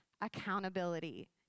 accountability